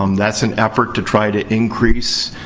um that's an effort to try to increase